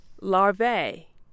Larvae